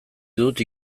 dut